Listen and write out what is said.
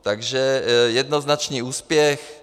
Takže jednoznačný úspěch.